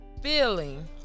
Feeling